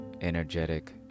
energetic